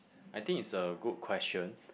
I think it's a good question